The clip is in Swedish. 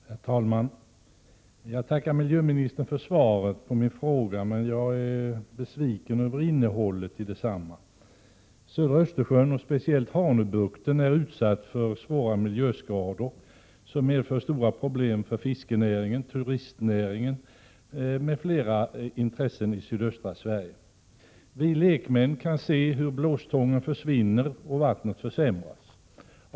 Herr talman! Jag tackar miljöministern för svaret på min fråga. Men jag är mycket besviken över innehållet i detsamma. Södra Östersjön — speciellt Hanöbukten — är utsatt för svåra miljöskador, som medför stora problem för fiskenäringen, turistnäringen och andra intressen i sydöstra Sverige. Vi lekmän kan se hur blåstången försvinner och vattnet försämras.